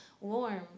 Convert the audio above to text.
warm